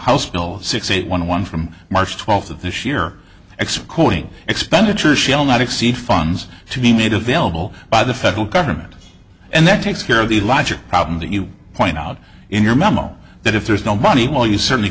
bill six eight one one from march twelfth of this year excluding expenditure shall not exceed funds to be made available by the federal government and that takes care of the larger problem that you point out in your memo that if there's no money well you certainly